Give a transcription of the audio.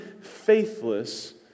faithless